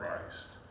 Christ